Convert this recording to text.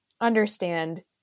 understand